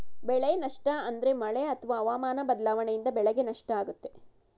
ಬೆಳೆ ನಷ್ಟ ಅಂದ್ರೆ ಮಳೆ ಅತ್ವ ಹವಾಮನ ಬದ್ಲಾವಣೆಯಿಂದ ಬೆಳೆಗೆ ನಷ್ಟ ಆಗುತ್ತೆ